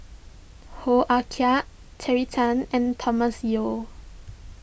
Hoo Ah Terry Tan and Thomas Yeo